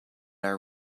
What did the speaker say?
our